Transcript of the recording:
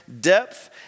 depth